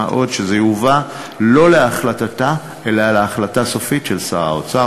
מה עוד שזה יובא לא להחלטתה אלא להחלטה סופית של שר האוצר.